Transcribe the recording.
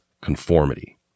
conformity